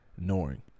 ignoring